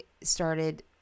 started